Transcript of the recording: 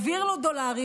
העביר לו דולרים,